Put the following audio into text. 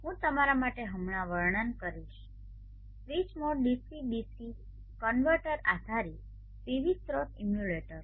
હું તમારા માટે હમણાં વર્ણન કરીશ સ્વીચ મોડ ડીસીડીસી કન્વર્ટર આધારિત પીવી સ્રોત ઇમ્યુલેટર